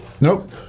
Nope